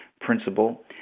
principle